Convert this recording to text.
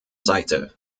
seite